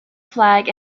flag